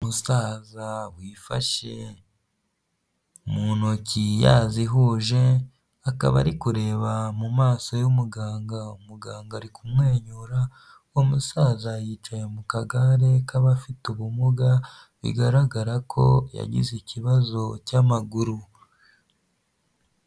Umusaza wifashe mu ntoki yazihuje, akaba ari kureba mu maso y'umuganga, muganga ari kumwenyura, umusaza yicaye mu kagare k'abafite ubumuga, bigaragara ko yagize ikibazo cy'amaguru.